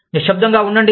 నిశ్సబ్దంగా ఉండండి